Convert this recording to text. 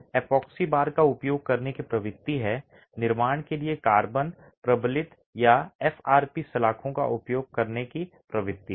epoxy bar का उपयोग करने की प्रवृत्ति है निर्माण के लिए कार्बन फाइबर प्रबलित या एफआरपी सलाखों का उपयोग करने की प्रवृत्ति है